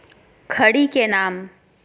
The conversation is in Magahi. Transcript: खड़ी के नाम?